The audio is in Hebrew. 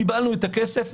קיבלנו את הכסף,